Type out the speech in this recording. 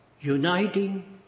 uniting